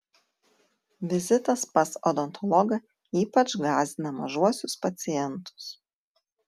vizitas pas odontologą ypač gąsdina mažuosius pacientus